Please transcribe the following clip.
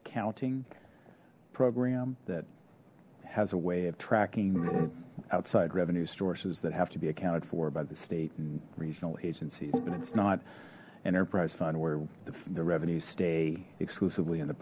accounting program that has a way of tracking the outside revenue sources that have to be accounted for by the state and regional agencies but it's not an enterprise fund where the revenue stay exclusively in the